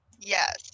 Yes